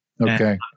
Okay